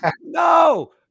No